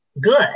good